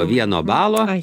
vieno balo